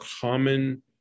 common